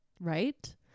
Right